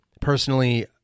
Personally